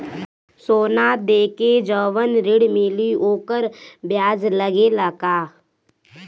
सोना देके जवन ऋण मिली वोकर ब्याज लगेला का?